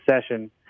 session